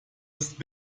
ist